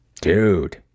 Dude